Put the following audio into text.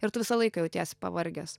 ir tu visą laiką jautiesi pavargęs